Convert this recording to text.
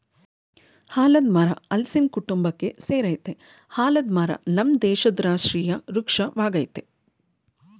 ಆಲದ್ ಮರ ಹಲ್ಸಿನ ಕುಟುಂಬಕ್ಕೆ ಸೆರಯ್ತೆ ಆಲದ ಮರ ನಮ್ ದೇಶದ್ ರಾಷ್ಟ್ರೀಯ ವೃಕ್ಷ ವಾಗಯ್ತೆ